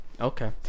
okay